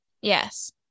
Yes